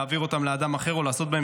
להעביר אותם לאדם אחר או לעשות בהם